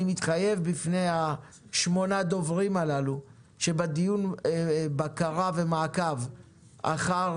אני מתחייב בפני שמונת הדוברים הללו שבדיון הבקרה והמעקב אחר